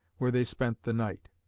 where they spent the night.